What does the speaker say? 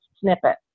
snippet